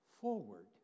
forward